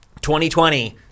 2020